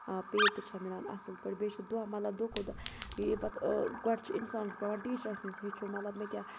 آ پے تہِ چھِ مےٚ مِلان اصٕل پٲٹھۍ بہٕ چھُ دۄہ مطلب دۄہ کھۄتہٕ دۄہ یی پَتہٕ گۄڈٕ چھُ اِنسانس پیٚوان ٹیچرس نِش ہیٚچھُن مطلب مےٚ کیاہ